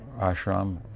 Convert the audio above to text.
ashram